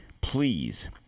please